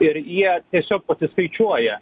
ir jie tiesiog pasiskaičiuoja